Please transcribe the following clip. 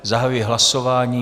Zahajuji hlasování.